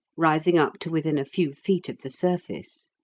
rising up to within a few feet of the surface.